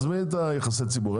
עזבי את יחסי הציבור.